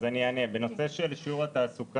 אז אני אענה בנושא של שיעור התעסוקה,